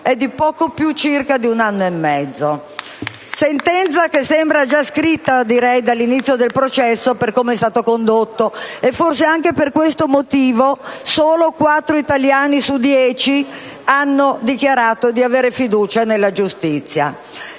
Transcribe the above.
dal Gruppo PdL)*. Una sentenza che sembra già scritta dall'inizio del processo, per come è stato condotto e, forse, anche per questo motivo, solo quattro italiani su dieci hanno dichiarato di avere fiducia nella giustizia.